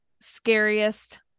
Scariest